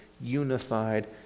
unified